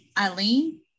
eileen